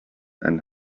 and